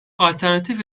alternatif